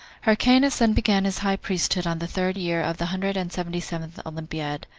hyrcanus then began his high priesthood on the third year of the hundred and seventy-seventh olympiad,